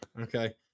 Okay